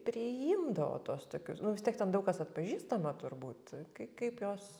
priimdavo tuos tokius nu vis tiek ten daug kas atpažįstama turbūt kai kaip jos